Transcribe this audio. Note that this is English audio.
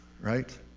right